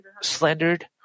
slandered